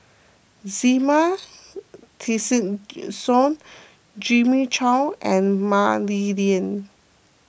Zena Tessensohn Jimmy Chok and Mah Li Lian